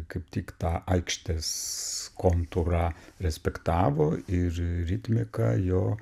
kaip tik tą aikštės kontūrą respektavo ir ritmika jo